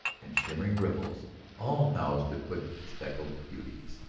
and shimmering riffles all housed the quick speckled beauties.